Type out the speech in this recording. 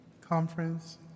Conference